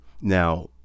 now